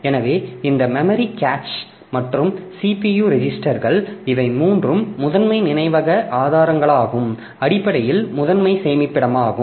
எனவே இந்த memory cache மற்றும் CPU ரெஜிஸ்டர்கள் இவை மூன்று முதன்மை நினைவக ஆதாரங்களாகும் அடிப்படையில் முதன்மை சேமிப்பிடமாகும்